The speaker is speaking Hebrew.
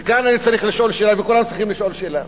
וכאן אני צריך לשאול שאלה וכולנו צריכים לשאול שאלה: